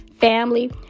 family